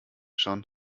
schon